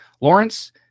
Lawrence